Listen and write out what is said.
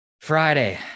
Friday